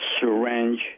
syringe